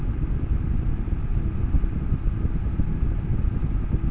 pineapple ফাল্গুন মাসে পরিপক্ব হয়